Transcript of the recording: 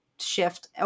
shift